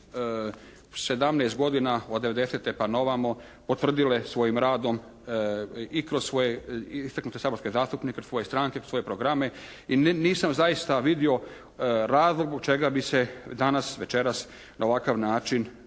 17 godina od '90. pa na ovamo potvrdile svojim radom i kroz svoje istaknute saborske zastupnike, svoje stranke, svoje programe. I nisam zaista vidio razlog zbog čega bi se danas, večeras na ovakav način